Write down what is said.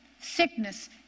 Sickness